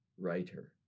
writer